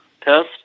test